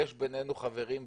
יש בינינו חברים בכנסת,